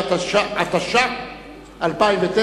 התש"ע 2009,